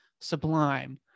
sublime